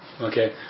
Okay